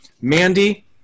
Mandy